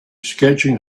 sketching